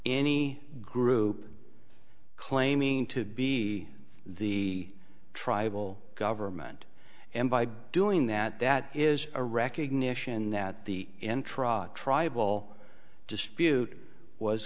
any group claiming to be the tribal government and by doing that that is a recognition that the end trod tribal dispute was